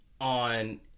On